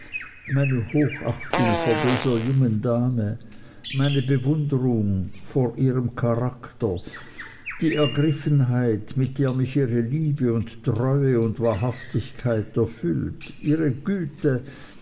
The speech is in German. meine hochachtung vor dieser jungen dame meine bewunderung vor ihrem charakter die ergriffenheit mit der mich ihre liebe und treue und wahrhaftigkeit erfüllt ihre güte